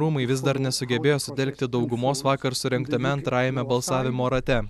rūmai vis dar nesugebėjo sutelkti daugumos vakar surengtame antrajame balsavimo rate